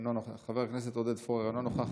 אינו נוכח,